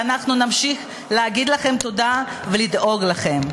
ואנחנו נמשיך להגיד לכם תודה ולדאוג לכם.